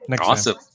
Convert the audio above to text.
Awesome